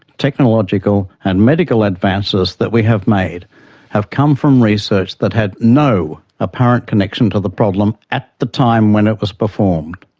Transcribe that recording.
technological and medical advances that we have made have come from research that had no apparent connection to the problem at the time when it was performed.